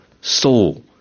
soul